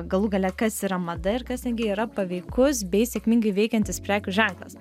galų gale kas yra mada ir kas netgi yra paveikus bei sėkmingai veikiantis prekių ženklas